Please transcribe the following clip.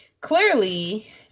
clearly